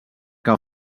que